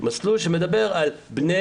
מסלול שמדבר על בני